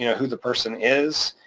yeah who the person is,